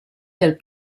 del